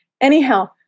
anyhow